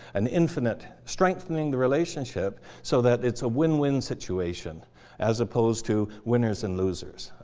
an infinite strengthening the relationship so that it's a win-win situation as opposed to winners and losers,